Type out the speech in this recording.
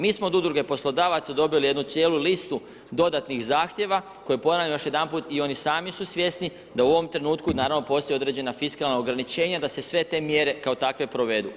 Mi smo od udruge poslodavaca dobili jednu cijelu listu dodatnih zahtjeva, koje ponavljam još jedanput, oni su i sami svjesni, da u ovim trenutku naravno postoji određena fiskalna ograničenja, da se sve te mjere kao takve provjeru.